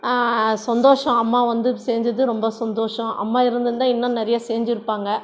சந்தோஷம் அம்மா வந்து செஞ்சது ரொம்ப சந்தோஷம் அம்மா இருந்திருந்தா இன்னும் நிறைய செஞ்சுருப்பாங்க